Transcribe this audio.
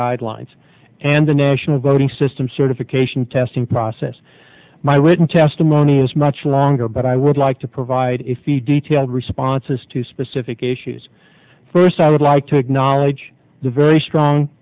guidelines and the national governing system certification testing process my written testimony is much longer but i would like to provide if you detailed responses to specific issues first i would like to acknowledge the very strong